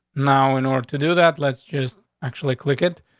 now, in order to do that, let's just actually click it.